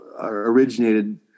originated